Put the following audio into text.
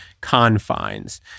confines